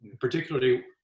particularly